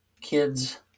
kids